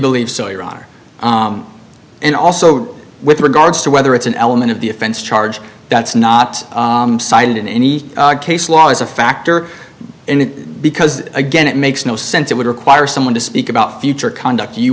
believe so your honor and also with regards to whether it's an element of the offense charge that's not cited in any case law as a factor in it because again it makes no sense it would require someone to speak about future conduct you